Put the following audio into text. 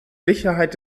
sicherheit